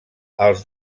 els